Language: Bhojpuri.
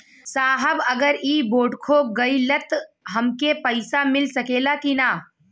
साहब अगर इ बोडखो गईलतऽ हमके पैसा मिल सकेला की ना?